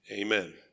Amen